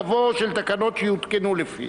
יבוא ש'תקנות יעודכנו לפי'.